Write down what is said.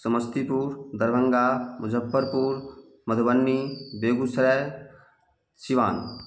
Samastipur Darbhanga Muzaffarpur Madhubani Begusarai Siwan